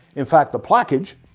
in fact the plaquage